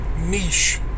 niche